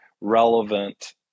relevant